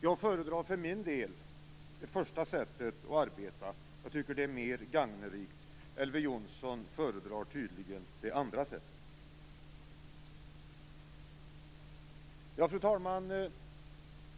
Jag föredrar för min del det första sättet att arbeta. Jag tycker att det är mer gagnerikt. Elver Jonsson föredrar tydligen det andra sättet. Fru talman!